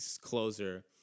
closer